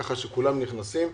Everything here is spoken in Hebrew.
כך שכולם נכנסים.